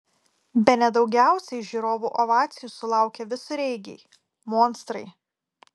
bene daugiausiai žiūrovų ovacijų sulaukė visureigiai monstrai